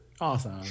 Awesome